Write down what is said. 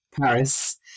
Paris